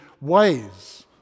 ways